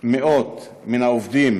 מאות מן העובדים